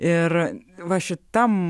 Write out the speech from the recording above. ir va šitam